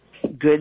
Good